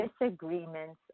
Disagreements